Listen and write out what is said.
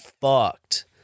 fucked